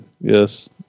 yes